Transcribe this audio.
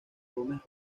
gómez